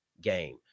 game